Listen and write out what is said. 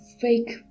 fake